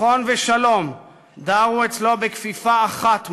ביטחון ושלום דרו אצלו בכפיפה אחת,